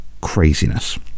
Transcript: craziness